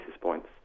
points